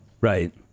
Right